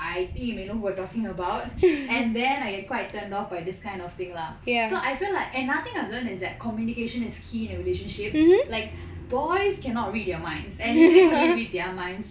I think you may know who we are talking about and then I get quite turned off by this kind of thing lah so I feel like and another thing I've learnt is that communication is key in a relationship like boys cannot read your minds and neither can we read their minds